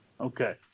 Okay